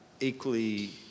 equally